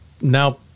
now